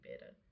better